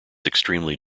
extremely